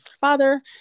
father